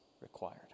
required